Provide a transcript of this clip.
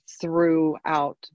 throughout